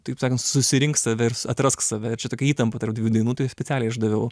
taip sakant susirink save ir atrask save ir čia tokia įtampa tarp dviejų dienų tai specialiai išdaviau